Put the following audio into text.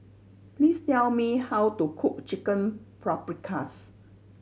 please tell me how to cook Chicken Paprikas